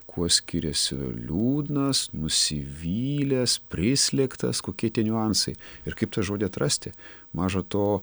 kuo skiriasi liūdnas nusivylęs prislėgtas kokie tie niuansai ir kaip tą žodį atrasti maža to